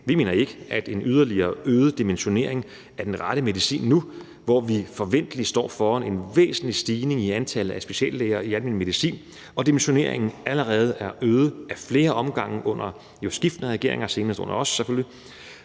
Vi mener ikke, at en yderligere øget dimensionering er den rette medicin nu, hvor vi forventlig står foran en væsentlig stigning i antallet af speciallæger i almen medicin og dimensioneringen allerede er øget ad flere omgange under skiftende regeringer, senest under os selvfølgelig.